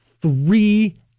three